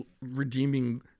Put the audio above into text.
redeeming